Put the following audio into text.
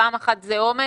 פעם אחת זה אומץ